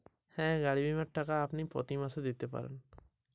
গাড়ী বীমার টাকা কি আমি প্রতি মাসে দিতে পারি?